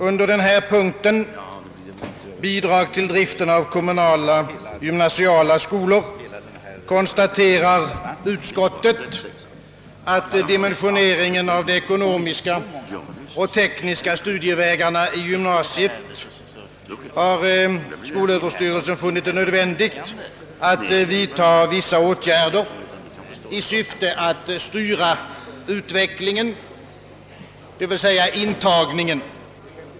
Under denna punkt, Bidrag till driften av kommunala gymnasiala skolor, konstaterar utskottet att »beträffande dimensioneringen av de ekonomiska och tekniska studievägarna i gymnasiet har skolöverstyrelsen funnit det nödvändigt att vidta vissa åt gärder med syfte att styra utvecklingen», d.v.s. intagningen.